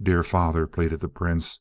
dear father pleaded the prince,